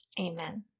Amen